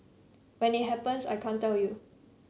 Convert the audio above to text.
when it happens I can't tell you